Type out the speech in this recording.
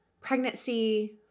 pregnancy